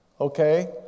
okay